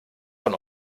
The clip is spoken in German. von